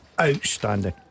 outstanding